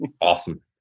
awesome